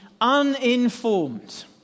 uninformed